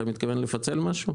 אתה מתכוון לפצל משהו?